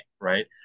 right